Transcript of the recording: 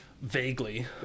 Vaguely